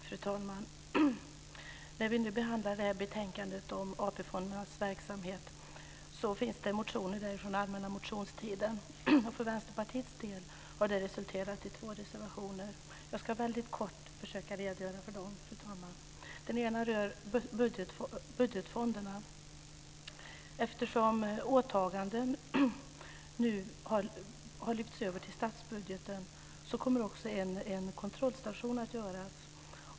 Fru talman! När vi nu behandlar betänkandet om AP-fondernas verksamhet finns det motioner från allmänna motionstiden. För Vänsterpartiets del har det resulterat i två reservationer. Jag ska väldigt kort försöka redogöra för dem, fru talman. Den ena reservationen gäller budgetfonderna. Eftersom åtaganden nu har lyfts över till statsbudgeten kommer också en kontrollstation att göras.